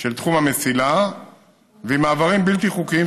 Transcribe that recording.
של תחום המסילה ועם מעברים בלתי חוקיים